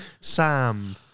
Sam